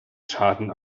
schaden